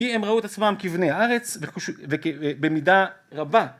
הם ראו את עצמם כבני הארץ, ובמידה רבה